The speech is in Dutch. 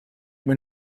moet